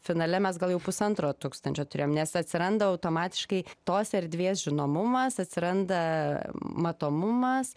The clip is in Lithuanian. finale mes gal jau pusantro tūkstančio turėjom nes atsiranda automatiškai tos erdvės žinomumas atsiranda matomumas